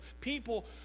people